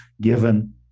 given